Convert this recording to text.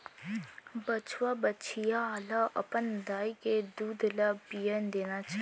बछवा, बछिया ल अपन दाई के दूद ल पियन देना चाही